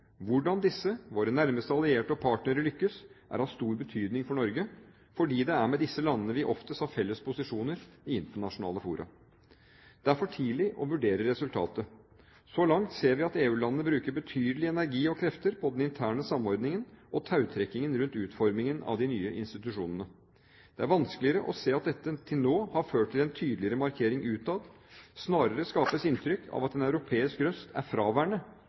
Hvordan disse, våre nærmeste allierte og partnere, lykkes, er av stor betydning for Norge, for det er med disse landene vi oftest har felles posisjoner i internasjonale fora. Det er for tidlig å vurdere resultatet. Så langt ser vi at EU-landene bruker betydelig energi og betydelige krefter på den interne samordningen og tautrekkingen rundt utformingen av de nye institusjonene. Det er vanskeligere å se at dette til nå har ført til en tydeligere markering utad. Snarere skapes det et inntrykk av at en europeisk røst er fraværende